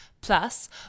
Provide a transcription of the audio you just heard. plus